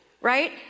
right